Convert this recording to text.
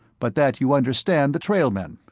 but that you understand the trailmen.